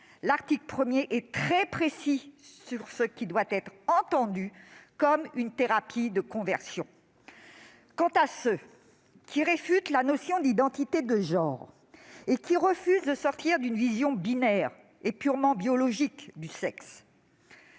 l'article 1 est très précis sur ce qui doit être entendu comme thérapie de conversion. Quant à ceux qui réfutent la notion d'identité de genre et qui refusent de sortir d'une vision binaire et purement biologique du sexe,